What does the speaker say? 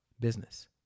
business